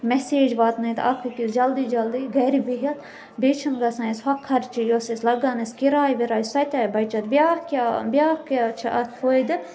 message واتنٲوِتھ اَکھ أکِس جلدی جلدی گَرِ بِہِتھ بیٚیہِ چھِنہٕ گژھان اَسہِ ہۄ خَرچی یۄس أسۍ لَگان ٲسۍ کِراے وِراے سۄ تہِ آیہِ بَچتھ بیٛاکھ کیٛاہ آو بیٛاکھ کیٛاہ چھِ اَتھ فٲیدٕ